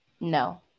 No